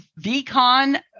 VCon